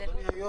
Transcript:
אדוני היו"ר,